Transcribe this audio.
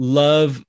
love